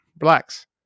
relax